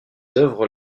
œuvres